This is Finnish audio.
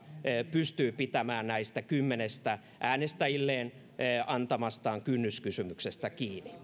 pystyy pitämään kiinni näistä kymmenestä äänestäjilleen antamastaan kynnyskysymyksestä